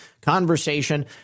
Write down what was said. conversation